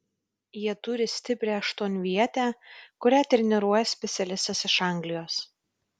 jie turi stiprią aštuonvietę kurią treniruoja specialistas iš anglijos